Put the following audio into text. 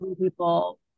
people